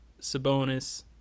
Sabonis